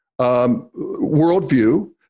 worldview